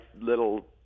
little